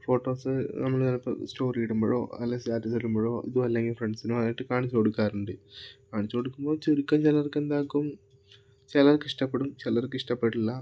photos നമ്മള് ചിലപ്പോൾ story ഇടുമ്പഴോ അല്ലേൽ സ്റ്റാറ്റസ് ഇടുമ്പഴോ ഇതും അല്ലെങ്കിൽ ഫ്രണ്ട്സിനു ആയിട്ട് കാണിച്ചു കൊടുക്കാറുണ്ട് കാണിച്ചു കൊടുക്കുമ്പോൾ ചുരുക്കം ചെലർക്ക് എന്താക്കും ചെലർക്ക് ഇഷ്ടപ്പെടും ചെലർക്ക് ഇഷ്ടപ്പെടില്ല